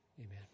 amen